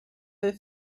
her